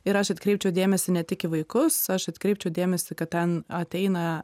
ir aš atkreipčiau dėmesį ne tik į vaikus aš atkreipčiau dėmesį kad ten ateina